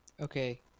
Okay